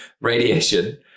radiation